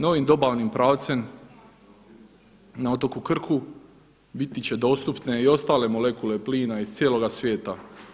Novim dobavnim pravcem na otoku Krku biti će dostupne i ostale molekule plina iz cijeloga svijeta.